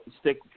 stick